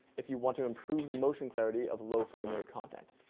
if you want to improve the motion clarity of low frame rate content.